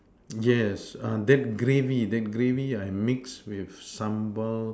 yes that gravy that gravy I mix with sambal